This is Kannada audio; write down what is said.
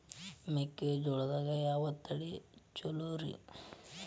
ಮೆಕ್ಕಿಜೋಳದಾಗ ಯಾವ ತಳಿ ಛಲೋರಿ?